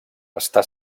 està